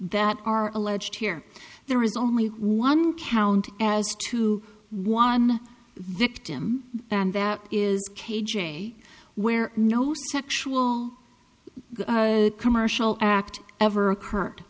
that are alleged here there is only one count as to one victim and that is k j where no sexual commercial act ever occurred